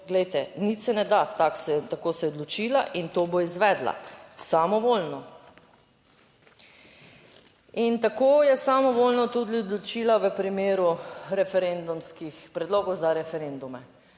glejte, nič se ne da, tako se je odločila in to bo izvedla, samovoljno. In tako je samovoljno tudi odločila v primeru referendumskih, predlogov za referendume.